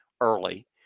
early